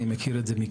אני מכיר את זה מקרוב.